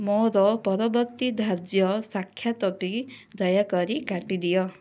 ମୋର ପରବର୍ତ୍ତୀ ଧାର୍ଯ୍ୟ ସାକ୍ଷାତଟି ଦୟାକରି କାଟିଦିଅ